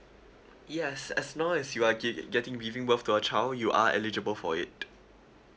yes as long as you are get~ getting giving birth to a child you are eligible for it